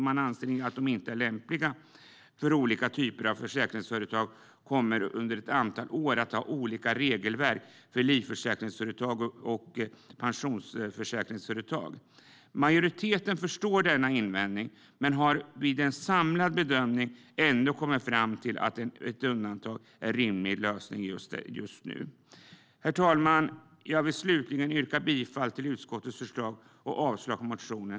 Man anser att de inte är lämpliga, för olika typer av försäkringsföretag kommer under ett antal år att ha olika regelverk för livförsäkringsföretag och pensionsförsäkringsföretag. Majoriteten förstår denna invändning men har vid en samlad bedömning ändå kommit fram till att ett undantag är en rimlig lösning just nu. Herr talman! Jag vill slutligen yrka bifall till utskottets förslag och avslag på motionen.